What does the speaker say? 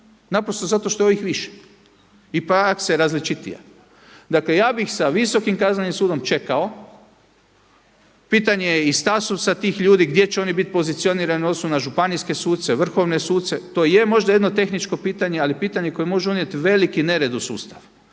naprosto zato što je ovih više i praksa je različitija. Dakle, ja bih sa Visokim kaznenim sudom čekao. Pitanje je i statusa tih ljudi gdje će oni bit pozicionirani u odnosu na županijske suce, vrhovne suce. To možda je jedno tehničko pitanje, ali pitanje koje može unijeti veliki nered u sustav.